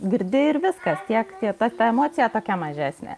girdi ir viskas tiek ta emocija tokia mažesnė